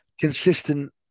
consistent